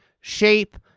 shape –